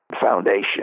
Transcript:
Foundation